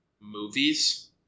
movies